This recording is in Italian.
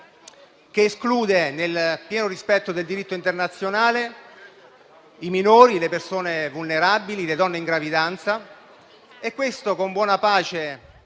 che esclude, nel pieno rispetto del diritto internazionale, i minori, le persone vulnerabili, le donne in gravidanza e questo con buona pace